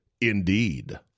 Indeed